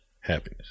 happiness